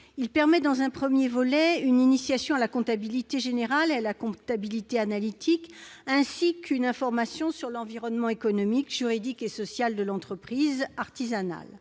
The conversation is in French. comporte, dans un premier volet, une initiation à la comptabilité générale et à la comptabilité analytique, ainsi qu'une information sur l'environnement économique, juridique et social de l'entreprise artisanale.